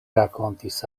rakontis